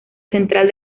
central